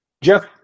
Jeff